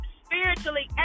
spiritually